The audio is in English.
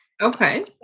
Okay